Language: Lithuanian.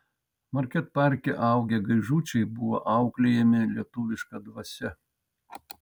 market parke augę gaižučiai buvo auklėjami lietuviška dvasia